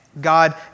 God